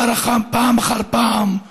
פעם אחר פעם אחר פעם